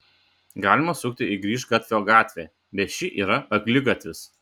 galima sukti į grįžgatvio gatvę bet ši yra akligatvis